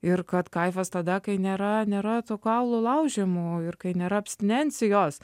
ir kad kaifas tada kai nėra nėra tų kaulų laužymų ir kai nėra abstinencijos